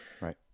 right